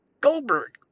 Goldberg